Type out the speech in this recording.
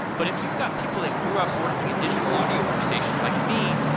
but if you've got people that grew up working at digital audio workstations like me,